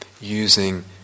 using